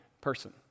person